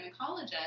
gynecologist